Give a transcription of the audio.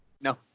No